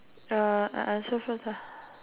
uh I answer first lah